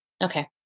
okay